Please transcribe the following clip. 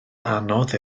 anodd